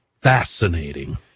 fascinating